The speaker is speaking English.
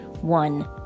one